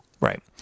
right